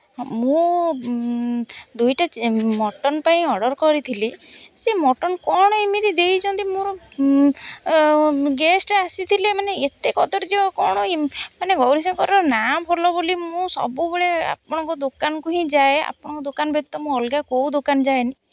ମୁଁ ଦୁଇଟା ମଟନ୍ ପାଇଁ ଅର୍ଡ଼ର୍ କରିଥିଲି ସେ ମଟନ୍ କ'ଣ ଏମିତି ଦେଇଛନ୍ତି ମୋର ଗେଷ୍ଟ୍ ଆସିଥିଲେ ମାନେ ଏତେ କଦର୍ଯ୍ୟ କ'ଣ ମାନେ ଗୌରଶଙ୍କରର ନାଁ ଭଲ ବୋଲି ମୁଁ ସବୁବେଳେ ଆପଣଙ୍କ ଦୋକାନକୁ ହିଁ ଯାଏ ଆପଣଙ୍କ ଦୋକାନ ବ୍ୟତୀତ ମୁଁ ଅଲଗା କେଉଁ ଦୋକାନ ଯାଏନି